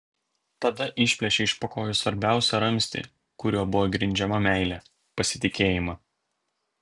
tada išplėšei iš po kojų svarbiausią ramstį kuriuo buvo grindžiama meilė pasitikėjimą